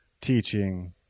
teaching